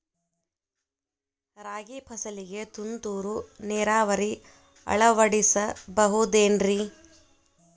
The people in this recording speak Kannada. ರಾಗಿ ಫಸಲಿಗೆ ತುಂತುರು ನೇರಾವರಿ ಅಳವಡಿಸಬಹುದೇನ್ರಿ?